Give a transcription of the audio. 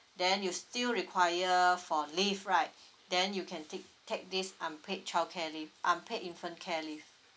then you still require for leave right then you can take take this unpaid childcare leave unpaid infant care leave